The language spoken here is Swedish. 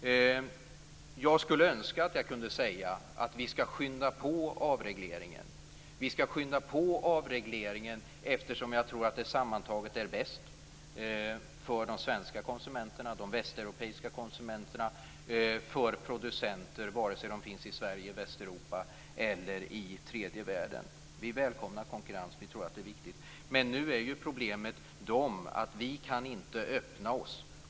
Jag skulle önska att jag kunde säga att vi skall skynda på avregleringen, eftersom jag tror att det sammantaget är bäst för de svenska konsumenterna, de västeuropeiska konsumenterna och för producenterna vare sig de finns i Sverige, Västeuropa eller i tredje världen. Vi välkomnar konkurrens. Vi tror att det är viktigt. Men nu är problemet att vi inte kan öppna oss.